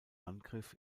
angriff